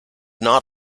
not